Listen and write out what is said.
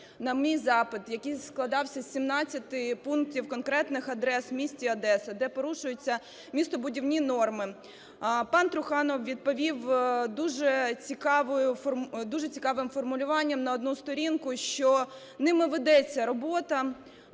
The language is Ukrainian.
на мій запит, який складався з 17 пунктів конкретних адрес в місті Одеса, де порушуються містобудівні норми, пан Труханов відповів дуже цікавим формулюванням на одну сторінку, що ними ведеться робота,